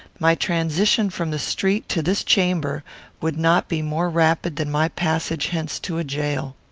my transition from the street to this chamber would not be more rapid than my passage hence to a jail.